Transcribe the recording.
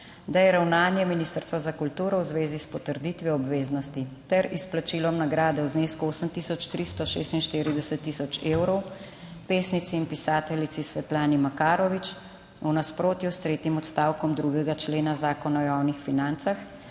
da je ravnanje Ministrstva za kulturo v zvezi s potrditvijo obveznosti ter izplačilom nagrade v znesku 8 tisoč 346 tisoč evrov pesnici in pisateljici Svetlani Makarovič v nasprotju s tretjim odstavkom 2. člena Zakona o javnih financah,